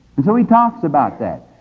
and so he talks about that.